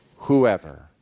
Whoever